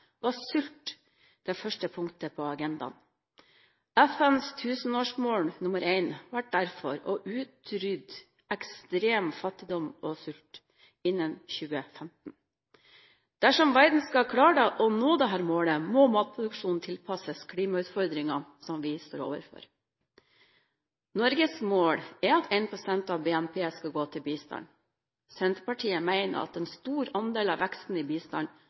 var sult det første punktet på agendaen. FNs tusenårsmål nr. 1 ble derfor å utrydde ekstrem fattigdom og sult innen 2015. Dersom verden skal klare å nå dette målet, må matproduksjonen tilpasses klimautfordringene vi står overfor. Norges mål er at 1 pst. av BNP skal gå til bistand. Vi i Senterpartiet mener at en stor andel av veksten i bistand